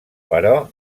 però